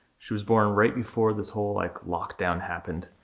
she was born right before this whole, like, lockdown happened,